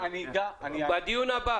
בדיון הבא